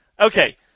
Okay